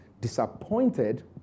disappointed